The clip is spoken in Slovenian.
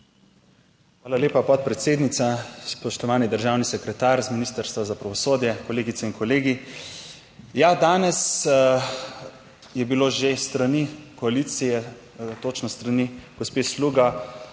Hvala lepa podpredsednica. Spoštovani državni sekretar z Ministrstva za pravosodje, kolegice in kolegi! Ja, danes je bilo že s strani koalicije, točno s strani gospe Sluga,